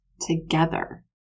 together